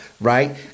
right